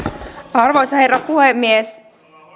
arvoisa herra puhemies